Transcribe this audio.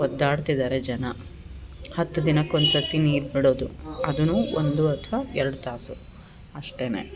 ಒದ್ದಾಡ್ತಿದ್ದಾರೆ ಜನ ಹತ್ತು ದಿನಕ್ಕೆ ಒಂದುಸತಿ ನೀರು ಬಿಡೋದು ಅದು ಒಂದು ಅಥ್ವ ಎರಡು ತಾಸು ಅಷ್ಟೇ